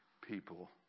people